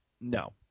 No